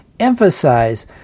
emphasize